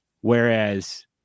Whereas